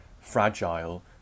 fragile